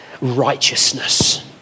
righteousness